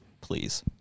Please